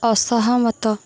ଅସହମତ